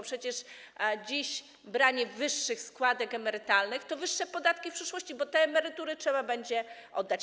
Przecież dzisiejsze branie wyższych składek emerytalnych to wyższe podatki w przyszłości, bo te emerytury trzeba będzie oddać.